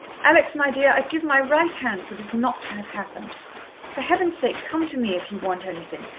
alex, my dear, i'd give my right hand for this not to have happened for heaven's sake come to me if you want anything.